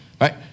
right